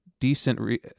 decent